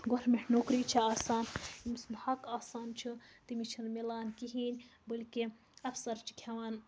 government نوکری چھِ آسان ییٚمہِ سُنٛد حَق آسان چھِ تٔمِس چھِنہٕ مِلان کِہیٖنۍ بٔلکہِ اَفسر چھِ کھٮ۪وان